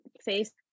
face